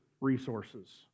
resources